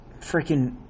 freaking